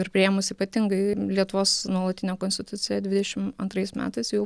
ir priėmus ypatingai lietuvos nuolatinę konstituciją dvidešim antrais metais jau